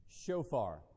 shofar